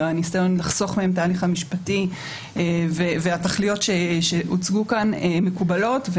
הניסיון לחסוך מהם את ההליך המשפטי והתכליות שהוצגו כאן מקובלות,